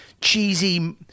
cheesy